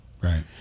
Right